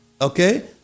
Okay